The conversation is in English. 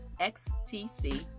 XTC